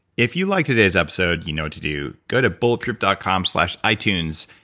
if you liked today's episode, you know what to do, go to bulletproof dot com slash itunes,